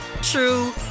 true